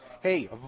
Hey